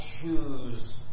choose